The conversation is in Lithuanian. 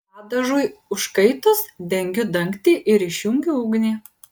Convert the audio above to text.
padažui užkaitus dengiu dangtį ir išjungiu ugnį